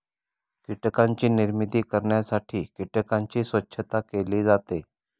कीटकांची निर्मिती करण्यासाठी कीटकांची स्वच्छता केली जाते